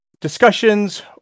discussions